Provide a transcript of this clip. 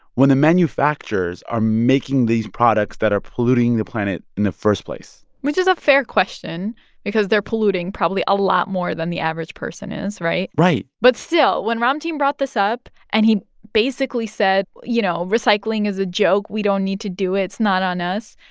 when the manufacturers are making these products that are polluting the planet in the first place? which is a fair question because they're polluting probably a lot more than the average person is, right? right but still, when ramtin brought this up and he basically said, you know, recycling is a joke. we don't need to do it. it's not on us.